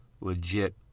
legit